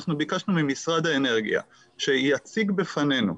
אנחנו ביקשנו ממשרד האנרגיה שיציג בפנינו,